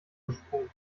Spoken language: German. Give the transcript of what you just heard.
gesprungen